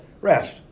Rest